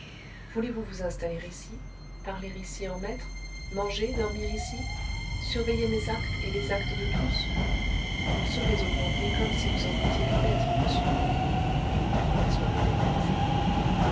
voulez-vous vous installer ici parler ici en maître manger dormir ici surveiller mes actes et les actes de tous vous serez au glandier comme si vous en étiez le maître monsieur mais oubliez la soirée de l'élysée